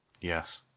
Yes